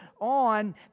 on